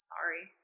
Sorry